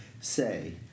say